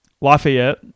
Lafayette